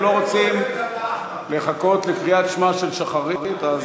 לא רוצים לחכות לקריאת שמע של שחרית.